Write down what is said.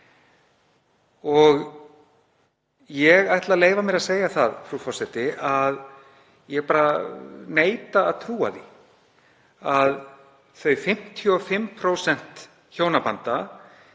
Ég ætla að leyfa mér að segja það, frú forseti, að ég neita að trúa því að þau 55% hjónabanda